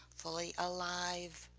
fully alive.